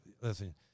Listen